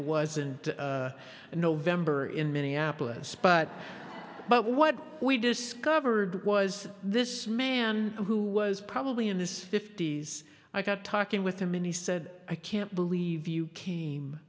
wasn't november in minneapolis but but what we discovered was this man who was probably in this fifty's i got talking with him and he said i can't believe